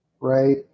right